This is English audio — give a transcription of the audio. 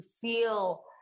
feel